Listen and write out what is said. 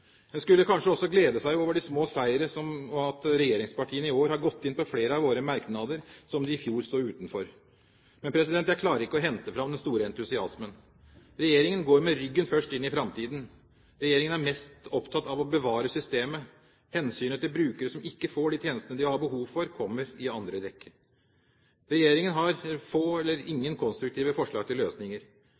En skulle kanskje også glede seg over de små seire, som at regjeringspartiene i år har gått inn på flere av våre merknader som de i fjor sto utenfor, men jeg klarer ikke å hente fram den store entusiasmen. Regjeringen går med ryggen først inn i framtiden. Regjeringen er mest opptatt av å bevare systemet. Hensynet til brukere som ikke får de tjenestene de har behov for, kommer i andre rekke. Regjeringen har få eller ingen konstruktive forslag til løsninger.